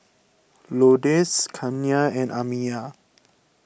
Lourdes Kenna and Amiya